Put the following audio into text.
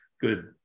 good